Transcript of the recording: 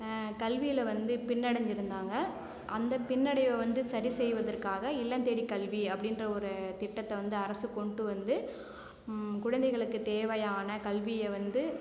கல்வில வந்து பின்னடஞ்சு இருந்தாங்க அந்த பின்னடைவை வந்து சரி செய்வதற்காக இல்லம் தேடி கல்வி அப்படின்ற ஒரு திட்டத்தை வந்து அரசு கொண்டு வந்து குழந்தைகளுக்கு தேவையான கல்வியை வந்து